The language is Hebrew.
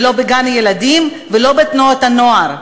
לא בגן-ילדים ולא בתנועות-הנוער.